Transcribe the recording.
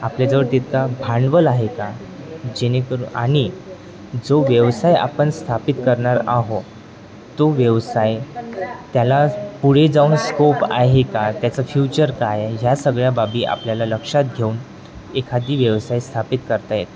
आपल्याजवळ तितका भांडवल आहे का जेणेकरून आणि जो व्यवसाय आपण स्थापित करणार आहो तो व्यवसाय त्यालाच पुढे जाऊन स्कोप आहे का त्याचं फ्युचर काय ह्या सगळ्या बाबी आपल्याला लक्षात घेऊन एखादी व्यवसाय स्थापित करता येतो